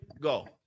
go